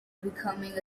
becoming